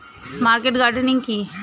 Market gardening কি?